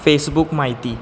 Facebook म्हायती